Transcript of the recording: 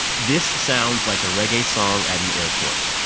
this sounds like a reggae song at an airport.